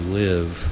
live